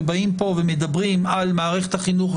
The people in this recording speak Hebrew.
ובאים פה ומדברים על מערכת החינוך,